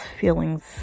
feelings